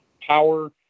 power